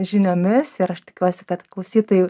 žiniomis ir aš tikiuosi kad klausytojai